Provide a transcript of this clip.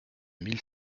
mille